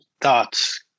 thoughts